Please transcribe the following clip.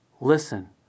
Listen